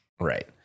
Right